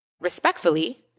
respectfully